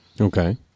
Okay